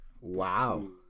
Wow